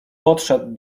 podszedł